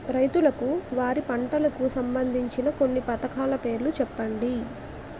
రైతులకు వారి పంటలకు సంబందించిన కొన్ని పథకాల పేర్లు చెప్పండి?